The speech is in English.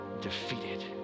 defeated